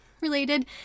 related